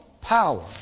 power